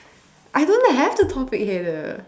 I don't have the topic header